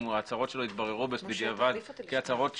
אם ההצהרות שלו יתבררו בדיעבד כהצהרות שגויות,